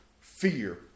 Fear